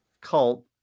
cult